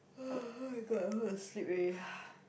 [oh]-my-god I want to sleep already